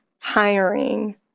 hiring